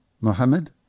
Mohammed